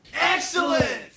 Excellent